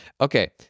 Okay